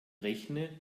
rechne